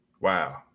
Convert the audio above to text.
Wow